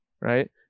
right